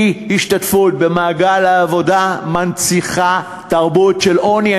אי-השתתפות במעגל העבודה מנציחה תרבות של עוני,